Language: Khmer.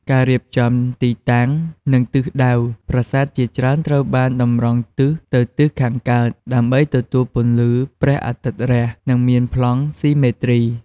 ការរៀបចំទីតាំង និងទិសដៅ ប្រាសាទជាច្រើនត្រូវបានតម្រង់ទិសទៅទិសខាងកើត ដើម្បីទទួលពន្លឺព្រះអាទិត្យរះ និងមានប្លង់ស៊ីមេទ្រី។